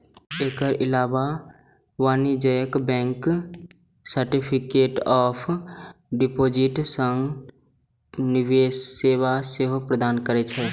एकर अलावे वाणिज्यिक bank certificate of deposit सन निवेश सेवा सेहो प्रदान करै छै